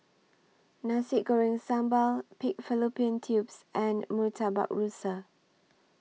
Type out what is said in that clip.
Nasi Goreng Sambal Pig Fallopian Tubes and Murtabak Rusa